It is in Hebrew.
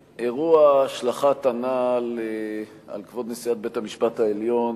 השלכת הנעל על כבוד נשיאת בית-המשפט העליון